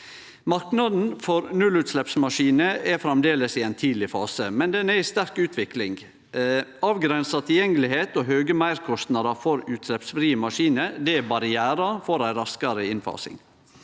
Marknaden for nullutsleppsmaskiner er framleis i ein tidleg fase, men er i sterk utvikling. Avgrensa tilgjengelegheit og høge meirkostnader for utsleppsfrie maskiner er barrierar for ei raskare innfasing.